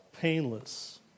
painless